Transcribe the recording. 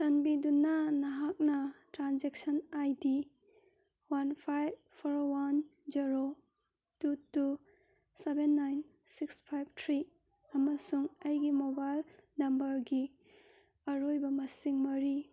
ꯆꯥꯟꯕꯤꯗꯨꯅ ꯅꯍꯥꯛꯅ transaction I D one five four one zero two two seven nine six five three ꯑꯃꯁꯨꯡ ꯑꯩꯒꯤ mobile ꯅꯝꯕꯔꯒꯤ ꯑꯔꯣꯏꯕ ꯃꯁꯤꯡ ꯃꯔꯤ